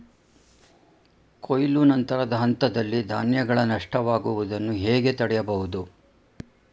ಕೊಯ್ಲು ನಂತರದ ಹಂತದಲ್ಲಿ ಧಾನ್ಯಗಳ ನಷ್ಟವಾಗುವುದನ್ನು ಹೇಗೆ ತಡೆಯಬಹುದು?